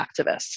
activists